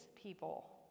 people